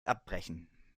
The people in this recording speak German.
abbrechen